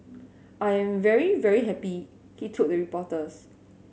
I'm very very happy he told reporters